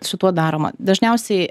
su tuo daroma dažniausiai